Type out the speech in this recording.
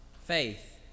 faith